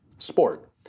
sport